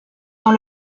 dans